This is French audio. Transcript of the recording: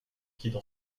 quitte